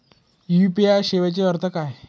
UPI सेवेचा अर्थ काय?